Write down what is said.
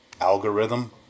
Algorithm